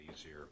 easier